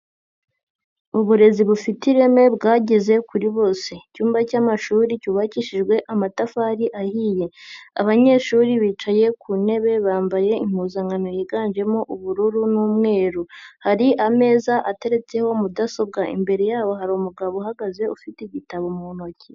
Uburezi bufite ireme bwageze kuri bose icyumba cy'amashuri cyubakishijwe amatafari ahiye, abanyeshuri bicaye ku ntebe bambaye impuzankano yiganjemo ubururu n'umweru, hari ameza ateretseho mudasobwa, imbere yabo hari umugabo uhagaze ufite igitabo mu ntoki.